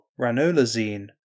ranolazine